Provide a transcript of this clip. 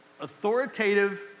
authoritative